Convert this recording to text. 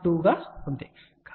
2 గా ఉంది